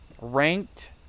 ranked